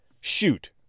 shoot